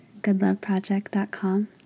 goodloveproject.com